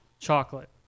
Chocolate